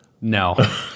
No